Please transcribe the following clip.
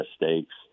mistakes